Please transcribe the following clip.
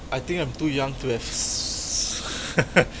I think I'm too young to have